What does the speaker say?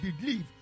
believe